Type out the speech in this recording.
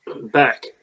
back